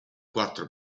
quattro